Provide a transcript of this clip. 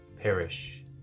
perish